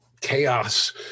chaos